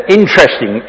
interesting